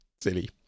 silly